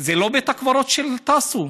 זה לא בית הקברות של טאסו.